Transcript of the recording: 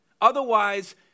Otherwise